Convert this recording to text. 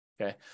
Okay